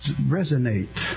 Resonate